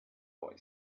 boy